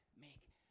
make